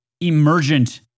emergent